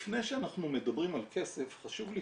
לפני שאנחנו מדברים על כסף חשוב לי